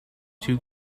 two